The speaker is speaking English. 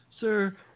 Sir